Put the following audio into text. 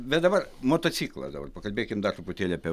bet dabar motociklas dabar pakalbėkim dar truputėlį apie